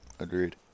Agreed